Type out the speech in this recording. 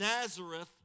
Nazareth